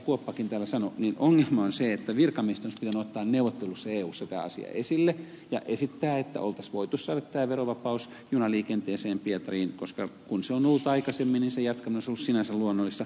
kuoppakin täällä sanoi että ongelma on se että virkamiesten olisi pitänyt ottaa neuvotteluissa eussa tämä asia esille ja esittää että olisi voitu saada tämä verovapaus junaliikenteeseen pietariin koska kun se on ollut aikaisemmin niin sen jatkaminen olisi ollut sinänsä luonnollista